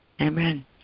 Amen